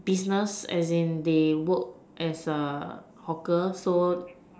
business as in they work as a hawker so